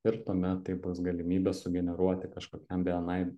ir tuomet tai bus galimybė sugeneruoti kažkokiam bni